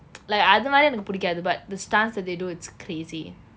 like அது மாதி எனக்கு பிடிக்காது:athu maathi enakku pidikaathu but the stunts that they do it's crazy